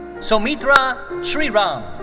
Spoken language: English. sumithra sriram.